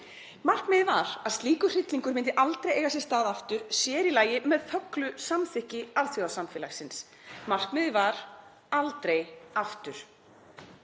Markmiðið var að slíkur hryllingur myndi aldrei eiga sér stað aftur, sér í lagi með þöglu samþykki alþjóðasamfélagsins. Markmiðið var: Aldrei aftur.